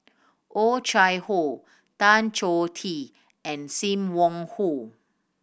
Oh Chai Hoo Tan Choh Tee and Sim Wong Hoo